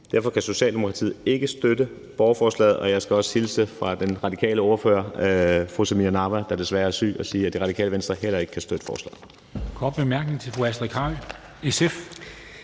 Derfor kan Socialdemokratiet ikke støtte borgerforslaget, og jeg skal hilse fra den radikale ordfører, fru Samira Nawa, der desværre er syg, og sige, at Radikale Venstre heller ikke kan støtte forslaget.